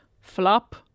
flop